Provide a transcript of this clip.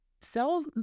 sell